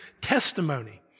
testimony